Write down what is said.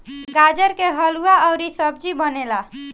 गाजर के हलुआ अउरी सब्जी बनेला